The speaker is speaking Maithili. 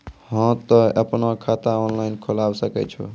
हाँ तोय आपनो खाता ऑनलाइन खोलावे सकै छौ?